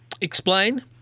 Explain